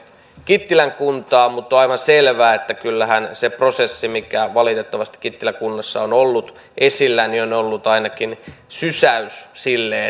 kittilän kuntaa mutta on aivan selvää että kyllähän se prosessi mikä valitettavasti kittilän kunnassa on ollut esillä on ollut ainakin sysäys sille